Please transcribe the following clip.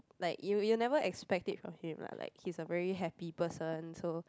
like you you'll never expect it from him lah like he's a very happy person so